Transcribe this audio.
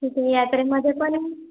तिथे यात्रेमध्ये पण